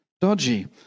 dodgy